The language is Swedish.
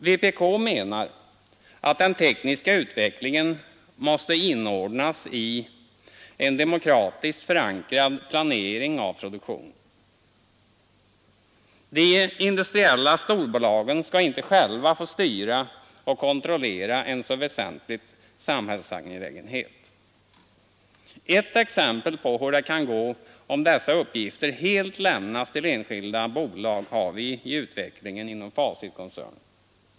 Vpk menar att den tekniska utvecklingen måste inordnas i en demokratiskt förankrad planering av produktionen. De industriella storbolagen skall inte själva få styra och kontrollera en så väsentlig samhällsangelägenhet. Ett exempel på hur det kan gå, om dessa uppgifter helt lämnas till enskilda bolag, har vi i utvecklingen inom Facitkoncernen.